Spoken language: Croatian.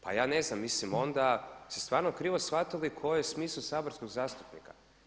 Pa ja ne znam, mislim onda ste stvarno krivo shvatili koji je smisao saborskog zastupnika.